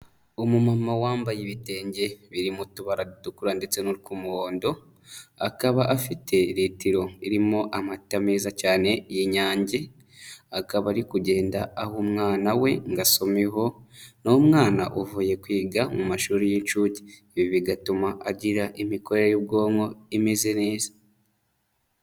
Umumama wambaye ibitenge birimo utubari dukura ndetse n'utwumuhondo, akaba afite litiro irimo amata meza cyane y'Inyange, akaba ari kugenda aha umwana we ngo asomeho, ni umwana uvuye kwiga mu mashuri y'inshuke, ibi bigatuma agira imikorere y'ubwonko imeze neza.